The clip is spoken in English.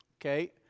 okay